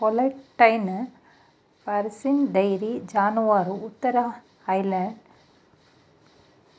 Holstein Friesians dairy ಜಾನುವಾರು ಉತ್ತರ Holland ಮತ್ತು ಜರ್ಮನಿ ಸ್ಕ್ಲೆಸ್ವಿಗ್ ಹೋಲ್ಸ್ಟೈನಲ್ಲಿ ಹುಟ್ಟಿದೆ